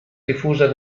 diffusa